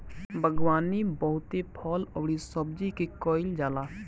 बागवानी बहुते फल अउरी सब्जी के कईल जाला